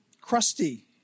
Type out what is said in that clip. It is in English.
crusty